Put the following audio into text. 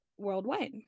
worldwide